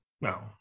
No